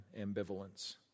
ambivalence